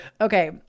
Okay